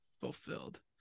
fulfilled